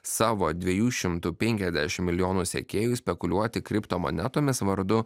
savo dviejų šimtų penkiasdešimt milijonų sekėjų spekuliuoti kriptmonetomis vardu